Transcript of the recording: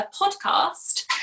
podcast